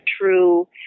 true